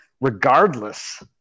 regardless